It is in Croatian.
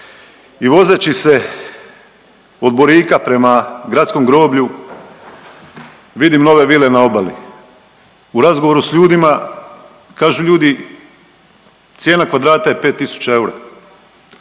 i vozeći se od Borika prema gradskom groblju vidim nove vile na obali. U razgovoru s ljudima, kažu ljudi, cijena kvadrata je 5 tisuća